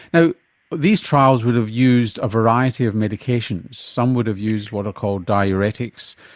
now these trials would have used a variety of medications, some would have used what are called diuretics,